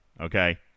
okay